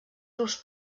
grups